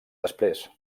després